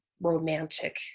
romantic